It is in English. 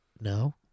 no